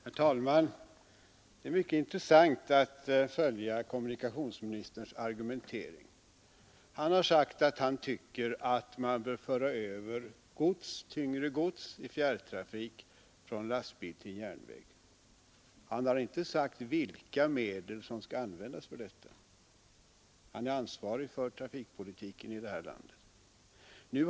Herr talman! Det är mycket intressant att följa kommunikationsministerns argumentering. Han har sagt att han tycker att man bör föra över tyngre gods i fjärrtrafik från lastbil till järnväg. Han har inte sagt vilka medel som skall användas för detta. Han är ansvarig för trafikpolitiken här i landet.